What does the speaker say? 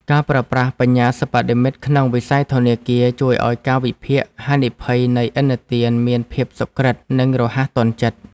ការប្រើប្រាស់បញ្ញាសិប្បនិម្មិតក្នុងវិស័យធនាគារជួយឱ្យការវិភាគហានិភ័យនៃឥណទានមានភាពសុក្រឹតនិងរហ័សទាន់ចិត្ត។